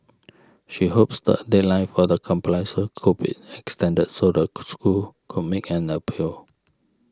she hopes the deadline for the compliance could be extended so the school could make an appeal